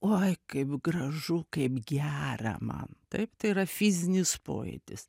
oi kaip gražu kaip gera man taip tai yra fizinis pojūtis